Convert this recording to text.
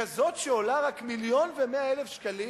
כזאת שעולה רק מיליון ו-100,000 שקלים,